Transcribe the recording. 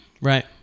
Right